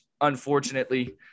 Unfortunately